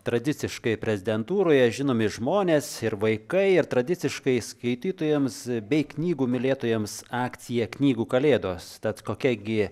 tradiciškai prezidentūroje žinomi žmonės ir vaikai ir tradiciškai skaitytojams bei knygų mylėtojams akcija knygų kalėdos tad kokia gi